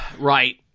Right